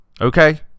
Okay